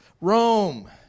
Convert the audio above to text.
Rome